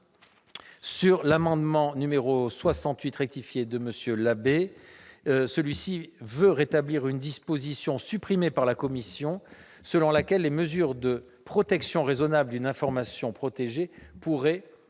l'amendement n° 68 rectifié vise à rétablir une disposition supprimée par la commission, selon laquelle les mesures de protection raisonnable d'une information protégée pourraient « notamment